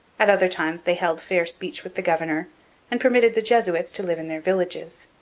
at other times they held fair speech with the governor and permitted the jesuits to live in their villages,